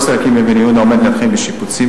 1 2. הוסטל אקי"ם באבן-יהודה עומד להתחיל בשיפוצים,